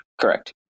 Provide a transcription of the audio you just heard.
correct